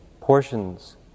portions